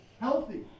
healthy